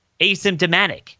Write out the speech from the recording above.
asymptomatic